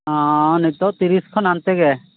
ᱱᱤᱛᱚᱜ ᱛᱤᱨᱤᱥ ᱠᱷᱚᱱ ᱦᱟᱱᱛᱮ ᱜᱮ